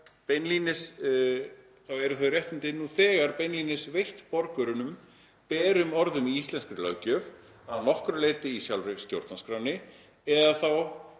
þá eru þau réttindi nú þegar beinlínis veitt borgurunum berum orðum í íslenskri löggjöf, að nokkru leyti í sjálfri stjórnarskránni, eða þá